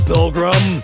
Pilgrim